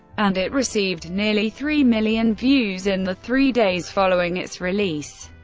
and it received nearly three million views in the three days following its release.